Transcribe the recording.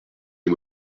les